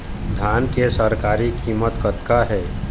धान के सरकारी कीमत कतका हे?